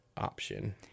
option